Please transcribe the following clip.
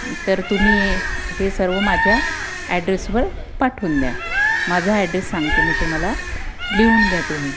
तर तुम्ही हे हे सर्व माझ्या ॲड्रेसवर पाठवून द्या माझा ॲड्रेस सांगते मी तुम्हाला लिहून घ्या तुम्ही